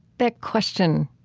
that question,